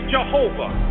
Jehovah